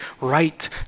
right